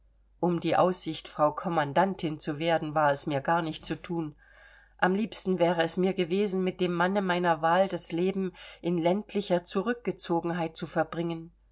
um die aussicht frau kommandantin zu werden war es mir gar nicht zu thun am liebsten wäre es mir gewesen mit dem manne meiner wahl das leben in ländlicher zurückgezogenheit zu verbringen